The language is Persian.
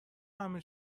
همه